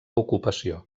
ocupació